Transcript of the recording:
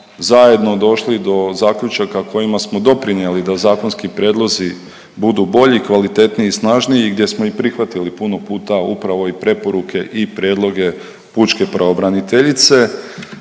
zajedno došli do zaključaka kojima smo doprinijeli da zakonski prijedlozi budu bolji, kvalitetniji i snažniji gdje smo i prihvatili puno puta upravo i preporuke i prijedloge pučke pravobraniteljice.